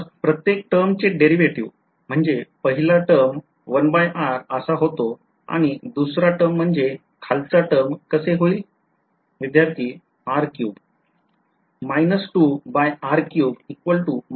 तर प्रत्येक टर्मचे derivative म्हणजे पहिला टर्म 1r असा होतो आणि दुसरा टर्म म्हणजे खालचा टर्म कसे होईल विध्यार्थी r cube